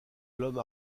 l’homme